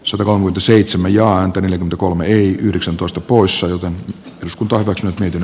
sorvaa muita seitsemän ja antoi tylyt kolme yli yhdeksäntoista puissa joten jos kuntoutukseen miten